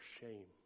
shame